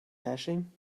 hashing